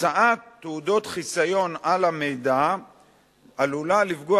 הוצאת תעודות חיסיון על המידע עלולה לפגוע